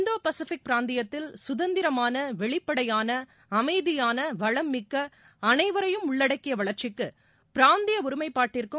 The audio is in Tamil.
இந்தோ பசிபிக் பிராந்தியத்தில் சுதந்திரமான வெளிப்படையான அமைதியான வளம்மிக்க அனைவரையும் உள்ளடக்கிய வளர்ச்சிக்கு பிராந்திய ஒருமைப்பாட்டிற்கும்